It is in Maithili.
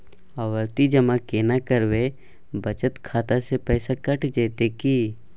आवर्ति जमा केना करबे बचत खाता से पैसा कैट जेतै की?